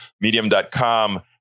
medium.com